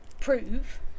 prove